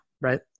right